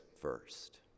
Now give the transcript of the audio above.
first